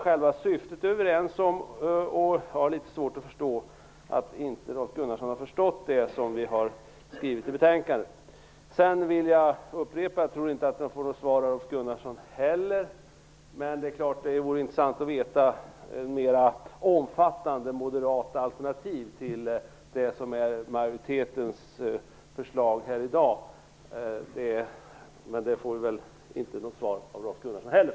Själva syftet är vi alltså överens om, och jag har litet svårt att inse att Rolf Gunnarsson inte har förstått det som vi har skrivit i betänkandet. Jag vill upprepa att det vore intressant att få veta mera ingående vilka de moderata alternativen är till det som är majoritetens förslag här i dag. Men jag får väl inte något svar av Rolf Gunnarsson heller.